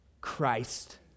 Christ